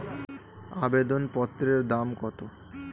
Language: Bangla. আবেদন পত্রের দাম কত?